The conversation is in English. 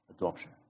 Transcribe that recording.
adoption